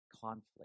conflict